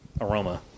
aroma